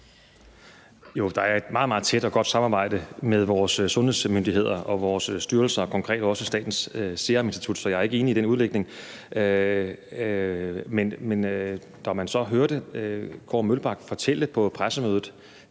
Der er et meget, meget tæt og godt samarbejde med vores sundhedsmyndigheder og vores styrelser – og konkret også Statens Serum Institut. Så jeg er ikke enig i den udlægning. Men når man så hørte Kåre Mølbak på pressemødet,